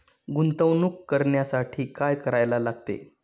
गुंतवणूक करण्यासाठी काय करायला लागते?